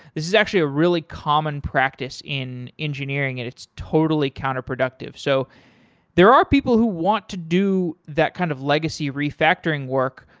this is actually a really common practice in engineering and it's totally counterproductive. so there are people who want to do that kind of legacy re-factoring work.